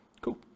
Cool